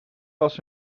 was